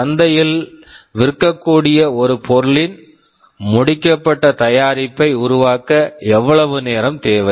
சந்தையில் விற்கக்கூடிய ஒரு பொருளின் முடிக்கப்பட்ட தயாரிப்பை உருவாக்க எவ்வளவு நேரம் தேவை